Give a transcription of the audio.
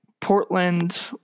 Portland